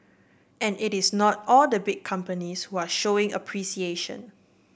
and it is not all the big companies who are showing appreciation